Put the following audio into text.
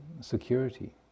security